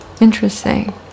interesting